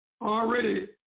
already